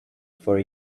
for